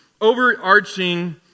overarching